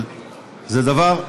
זה דבר,